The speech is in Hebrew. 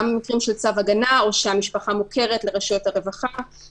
גם במקרים של צו הגנה או כשהמשפחה מוכרת לרשויות הרווחה.